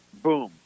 boom